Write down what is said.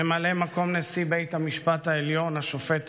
ממלא מקום נשיא בית המשפט העליון השופט